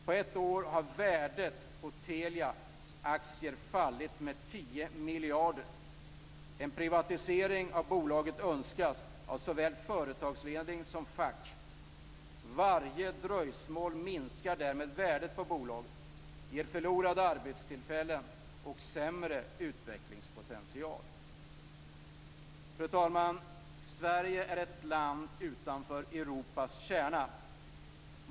På ett år har värdet på Telias aktier fallit med 10 miljarder. En privatisering av bolaget önskas av såväl företagsledning som fack. Varje dröjsmål minskar därmed värdet på bolaget, ger förlorade arbetstillfällen och sämre utvecklingspotential. Fru talman! Sverige är ett land utanför Europas kärna.